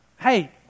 hey